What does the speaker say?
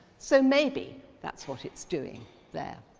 so maybe that's what it's doing there.